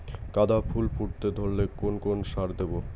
গাদা ফুল ফুটতে ধরলে কোন কোন সার দেব?